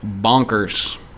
bonkers